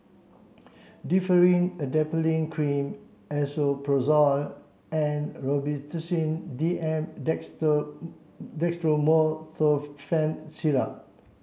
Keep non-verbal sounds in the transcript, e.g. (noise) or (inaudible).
Differin Adapalene Cream Esomeprazole and Robitussin D M (unintelligible) Dextromethorphan Syrup